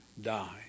die